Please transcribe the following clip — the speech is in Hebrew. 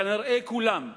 כנראה כולם,